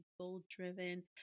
goal-driven